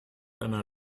einer